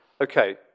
Okay